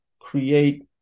create